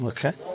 Okay